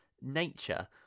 nature